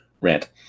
rant